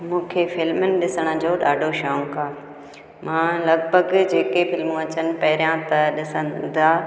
मूंखे फिल्मनि ॾिसण जो ॾाढो शौक़ु आहे मां लॻभॻि जेके फिल्मूं अचनि पहिरियों त ॾिसनि त